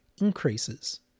increases